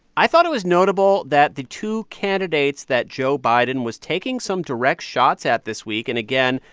i thought it was notable that the two candidates that joe biden was taking some direct shots at this week and again,